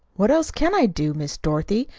what else can i do? miss dorothy,